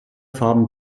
farben